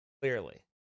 Clearly